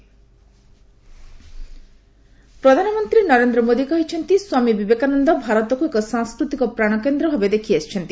PM Prabuddha Bharat ପ୍ରଧାନମନ୍ତ୍ରୀ ନରେନ୍ଦ୍ର ମୋଦି କହିଛନ୍ତି ସ୍ୱାମୀ ବିବେକାନନ୍ଦ ଭାରତକୁ ଏକ ସାଂସ୍କୃତିକ ପ୍ରାଣକେନ୍ଦ୍ରଭାବେ ଦେଖିଆସିଛନ୍ତି